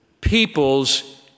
peoples